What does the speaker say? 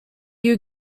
you